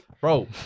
Bro